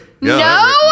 No